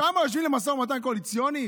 שם יושבים למשא ומתן קואליציוני?